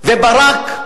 וברק